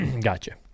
gotcha